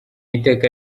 iteka